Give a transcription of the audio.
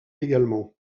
également